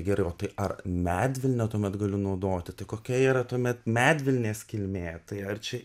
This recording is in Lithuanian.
gerai o tai ar medvilnę tuomet galiu naudoti tai kokia yra tuomet medvilnės kilmė tai ar čia